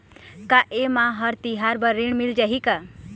का ये मा हर तिहार बर ऋण मिल जाही का?